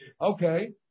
Okay